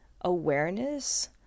awareness